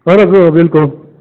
اَہن بلکُل